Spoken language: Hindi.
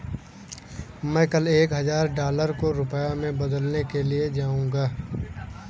मैं कल एक हजार डॉलर को रुपया में बदलने के लिए जाऊंगा